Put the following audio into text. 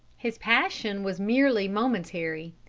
his passion was merely momentary.